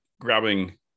grabbing